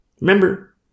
Remember